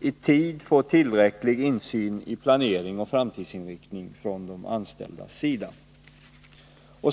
i tid få tillräcklig insyn i planering och framtidsinriktning från de anställdas sida.